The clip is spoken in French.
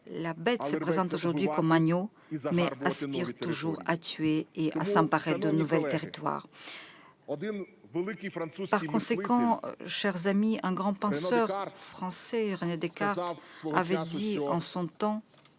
La bête se présente aujourd'hui comme un agneau, mais elle aspire toujours à tuer et à s'emparer de nouveaux territoires. Chers amis, un grand penseur français, René Descartes, a dit en son temps